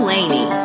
Lainey